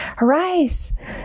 arise